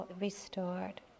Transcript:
restored